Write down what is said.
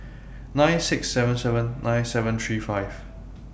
nine six seven seven nine seven three five